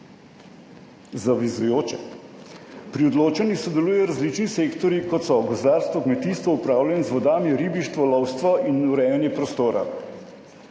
zavezujoče. Pri odločanju sodelujejo različni sektorji, kot so gozdarstvo, kmetijstvo, upravljanje z vodami, ribištvo, lovstvo in urejanje prostora.